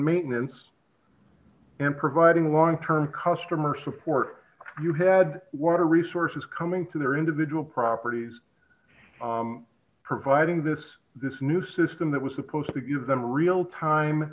maintenance and providing long term customer support you had water resources coming to their individual properties providing this this new system that was supposed to give them a real time